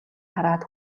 хараад